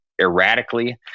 erratically